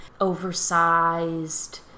oversized